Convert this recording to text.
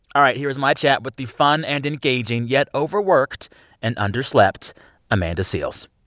all right, here's my chat with the fun and engaging yet overworked and underslept amanda seales.